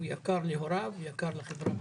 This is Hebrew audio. הוא יקר להוריו, הוא יקר לחברה כולה.